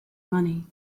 money